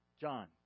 John